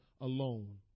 alone